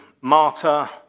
martyr